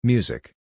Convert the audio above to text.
Music